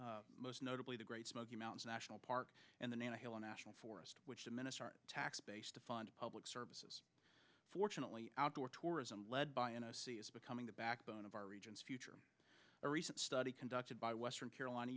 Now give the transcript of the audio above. area most notably the great smoky mountains national park and the nano hill national forest which diminish our tax base to fund public services fortunately outdoor tourism led by and see is becoming the backbone of our region's future a recent study conducted by western carolina